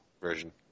version